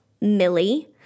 Millie